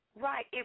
Right